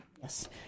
Yes